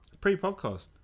pre-podcast